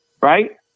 right